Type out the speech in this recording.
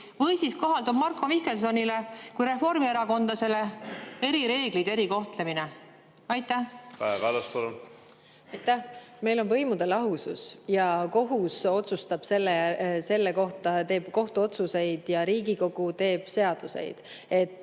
Või siis kohalduvad Marko Mihkelsonile kui reformierakondlasele erireeglid, erikohtlemine? Kaja Kallas, palun! Aitäh! Meil on võimude lahusus ja kohus otsustab selle kohta, teeb kohtuotsuseid, ja Riigikogu teeb seadusi.